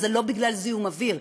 וזה לא זיהום אוויר.